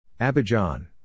Abidjan